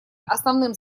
основным